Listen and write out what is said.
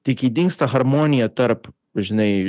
tai kai dingsta harmonija tarp žinai